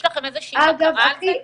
יש לכם איזה שהיא בקרה על זה?